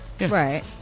Right